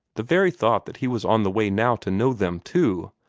the very thought that he was on the way now to know them, too,